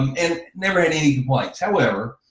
um and ah never had any points. however,